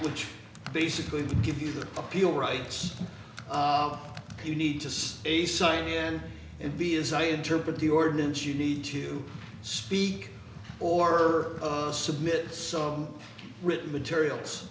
which basically to give you the appeal rights you need to see a sign in and be as i interpret the ordinance you need to speak or her submit some written materials